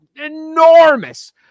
enormous